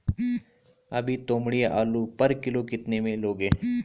अभी तोमड़िया आलू पर किलो कितने में लोगे?